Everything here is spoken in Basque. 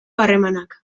harremanak